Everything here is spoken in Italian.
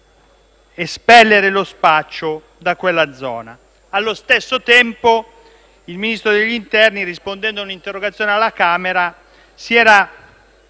Allo stesso tempo, il Ministro dell'interno, rispondendo a un'interrogazione alla Camera, si era